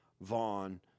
Vaughn